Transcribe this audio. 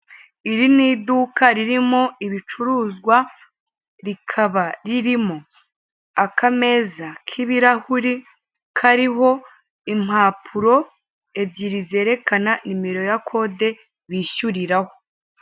Iri ni iduka ririmo ibicuruzwa rikaba ririmo akameza k'ibirahuri kariho impapuro ebyiri zerekana nimero ya kode bishyuriraho.